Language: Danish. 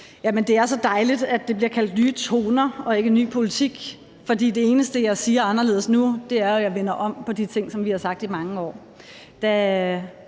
Det er så dejligt, at det bliver kaldt nye toner og ikke ny politik, for det eneste, jeg siger anderledes nu, er, at jeg vender om på de ting, som vi har sagt i mange år.